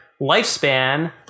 lifespan